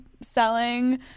selling